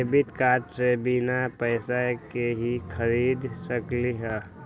Credit card से बिना पैसे के ही खरीद सकली ह?